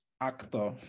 actor